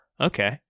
okay